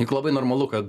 juk labai normalu kad